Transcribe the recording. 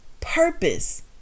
purpose